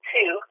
Two